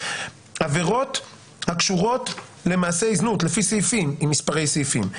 עבירות הקשורות למעשי זנות לפי סעיפים עם מספרי סעיפים.